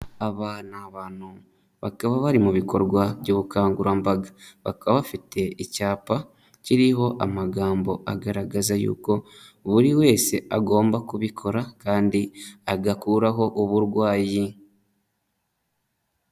Aba ni abantu bakaba bari mu bikorwa by'ubukangurambaga, bakaba bafite icyapa kiriho amagambo agaragaza yuko buri wese agomba kubikora kandi agakuraho uburwayi.